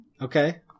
Okay